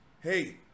hey